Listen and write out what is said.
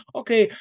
okay